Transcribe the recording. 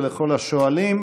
ולכל השואלים.